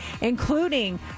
including